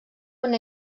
una